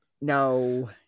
No